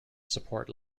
support